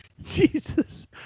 Jesus